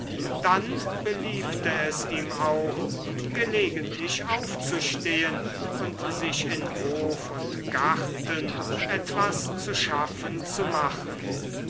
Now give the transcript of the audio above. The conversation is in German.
dann beliebte es ihm auch gelegentlich aufzustehen und sich in hof und garten etwas zu schaffen zu machen